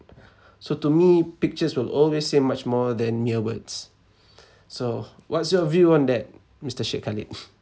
so to me pictures will always say much more than mere words so what's your view on that mister sheikh khalid